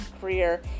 career